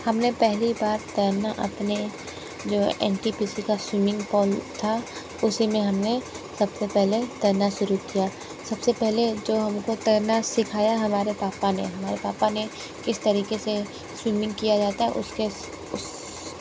हम ने पहली बार तैरना अपने जो एन टी पी सी का स्विमिंग पोल था उसी में हम ने स बसे पहले तैरना शुरू किया सब से पहले जो हम को तैरना सिखाया हमारे पापा ने हमारे पापा ने किस तरीक़े से स्विमिंग किया जाता है उसके उस